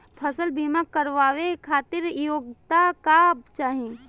फसल बीमा करावे खातिर योग्यता का चाही?